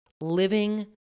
living